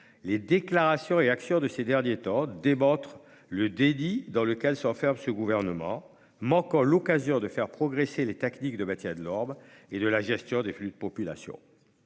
les déclarations et actions du Gouvernement démontrent le déni dans lequel il s'enferme, manquant l'occasion de faire progresser les techniques du maintien de l'ordre et de la gestion des flux de population.